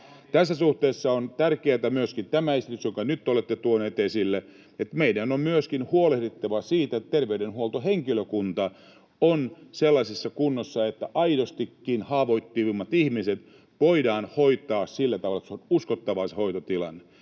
Tässä suhteessa on tärkeä myöskin tämä esitys, jonka nyt olette tuonut esille. Meidän on myöskin huolehdittava siitä, että terveydenhuoltohenkilökunta on sellaisessa kunnossa, että aidostikin haavoittuvimmat ihmiset voidaan hoitaa sillä tavalla, että se hoitotilanne